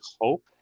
hope